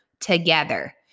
together